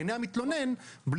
בעיני המתלונן,